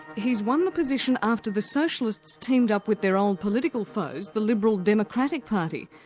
he's won the position after the socialists teamed up with their old political foes, the liberal democratic party,